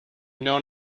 known